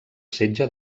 setge